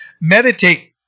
meditate